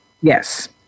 Yes